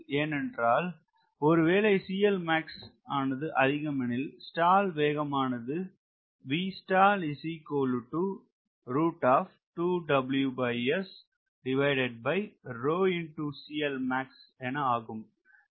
ஏன் என்றால் ஒருவேளை ஆனது அதிகம் எனில் ஸ்டால் வேகம் ஆனது